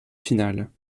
finale